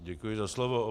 Děkuji za slovo.